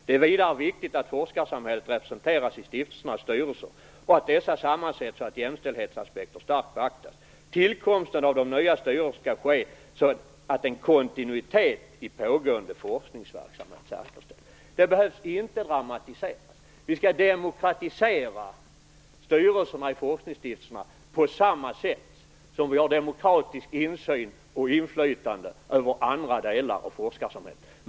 Det är vidare viktigt att forskarsamhället representeras i stiftelsernas styrelser, och att dessa sammansätts så att jämställdhetsaspekter starkt beaktas. Tillkomsten av de nya styrelserna skall ske på så sätt att en kontinuitet i pågående forskningsverksamhet säkerställs. Det behöver inte dramatiseras. Vi skall demokratisera styrelserna i forskningsstiftelserna så att vi får samma demokratiska insyn och inflytande som vi har i fråga om andra delar av forskarsamhället.